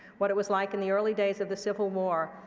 what it was like in the early days of the civil war.